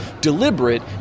deliberate